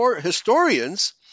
historians –